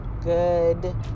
Good